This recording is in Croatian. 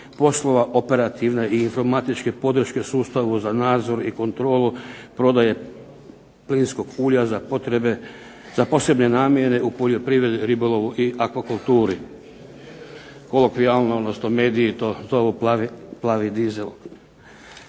poslove operativne i informatičke podrške sustavu za nadzor i kontrolu prodaje plinskog ulja za potrebe za posebne namjene u poljoprivredi, ribolovu i akvakulturi". Kolokvijalno mediji to zovu "Plavi diesel".